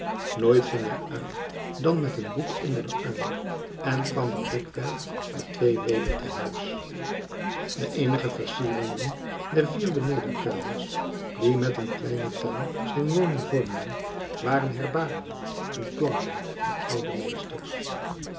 nooit ging hij uit dan met een boek onder den arm en kwam er dikwerf met twee weder te huis de eenige versieringen der vier benedenkamers die met een kleinen tuin zijn woning vormden waren herbariums en platen van oude meesters